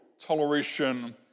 toleration